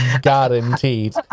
guaranteed